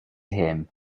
him